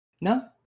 No